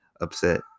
upset